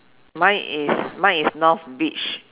mine is mine is north beach